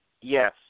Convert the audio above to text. Yes